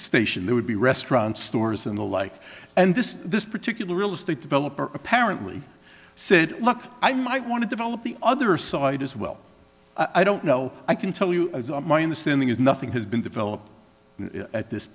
station there would be restaurants stores and the like and this this particular real estate developer apparently said look i might want to develop the other side as well i don't know i can tell you my understanding is nothing has been developed at this